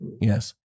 yes